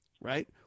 right